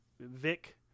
Vic